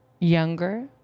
Younger